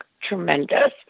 tremendous